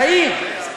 צעיר.